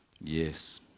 Yes